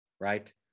right